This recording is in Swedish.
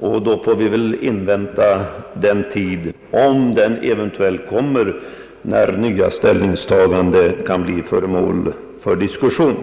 Då får vi väl invänta den tid, om den eventuellt kommer, när nya ställningstaganden kan bli föremål för diskussion.